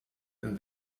and